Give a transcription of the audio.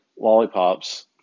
lollipops